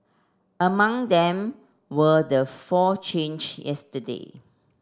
among them were the four change yesterday